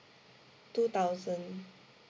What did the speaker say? two thousand